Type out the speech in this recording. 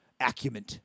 acumen